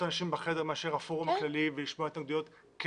אנשים לחדר מאשר הפורום הכללי ולשמוע התנגדויות.